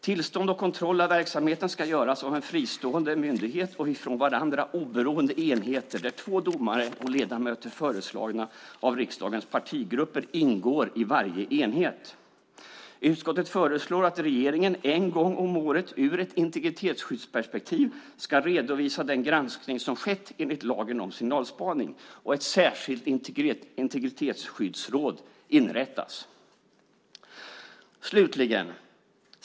Tillstånd och kontroll av verksamheten ska göras av en fristående myndighet och av varandra oberoende enheter där två domare och ledamöter föreslagna av riksdagens partigrupper ingår i varje enhet. Utskottet föreslår att regeringen en gång om året ur ett integritetsskyddsperspektiv ska redovisa den granskning som har skett enligt lagen om signalspaning. Ett särskilt integritetsskyddsråd inrättas.